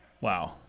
Wow